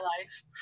life